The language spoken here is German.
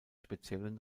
speziellen